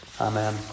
Amen